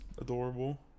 adorable